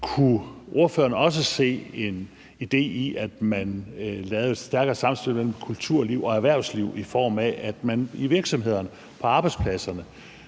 Kunne ordføreren også se en idé i, at man lavede et stærkere samspil mellem kulturliv og erhvervsliv, i form af at man i virksomhederne, på arbejdspladserne